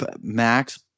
Max